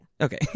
Okay